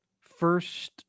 First